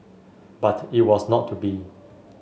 but it was not to be